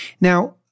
Now